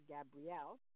Gabrielle